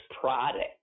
product